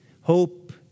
Hope